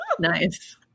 Nice